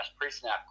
pre-snap